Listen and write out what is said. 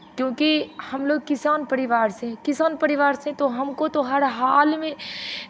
क्योंकि हम लोग किसान परिवार से हैं किसान परिवार से तो हमको तो हर हाल में